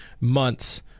months